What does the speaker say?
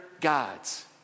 gods